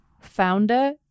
Founder